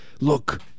Look